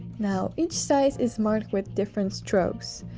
now each size is marked with different strokes.